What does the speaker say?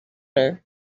her